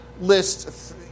list